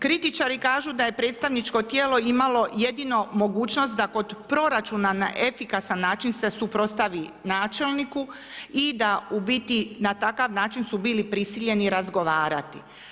Kritičari kažu da je predstavničko tijelo imalo jedino mogućnost da kod proračuna na efikasan način se suprotstavi načelniku i da u biti na takav način su bili prisiljeni razgovarati.